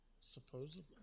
supposedly